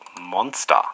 monster